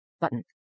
button